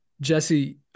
Jesse